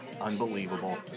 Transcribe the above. unbelievable